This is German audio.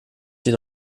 sie